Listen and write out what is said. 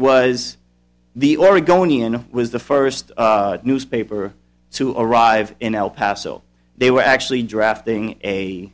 was the oregonian was the first newspaper to arrive in el paso they were actually drafting a